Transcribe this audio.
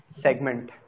Segment